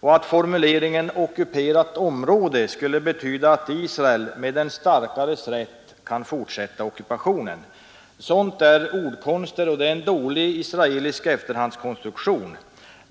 och att formuleringen ”ockuperat område” skulle betyda att Israel med den starkares rätt kunde fortsätta ockupationen. Sådant är ordkonster, och det är en dålig israelisk efterhandskonstruktion.